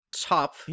top